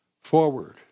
forward